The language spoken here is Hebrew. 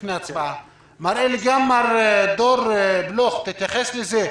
תתייחס לזה וגם מר דור בלוך תתייחס לזה.